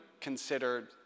considered